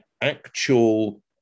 actual